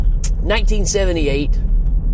1978